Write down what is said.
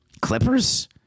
Clippers